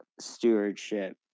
stewardship